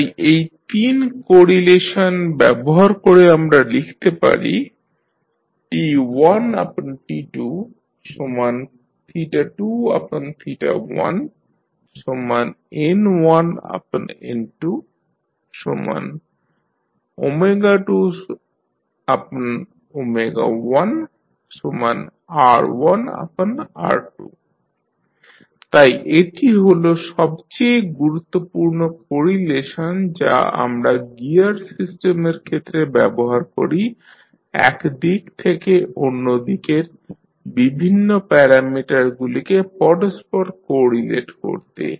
তাই এই 3 কোরিলেশন ব্যবহার করে আমরা লিখতে পারি T1T221N1N221r1r2 তাই এটি হল সবচেয়ে গুরুত্বপূর্ণ কোরিলেশন যা আমরা গিয়ার সিস্টেমের ক্ষেত্রে ব্যবহার করি এক দিক থেকে অন্য দিকের বিভিন্ন প্যারামিটারগুলিকে পরস্পর কোরিলেট করতে